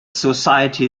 society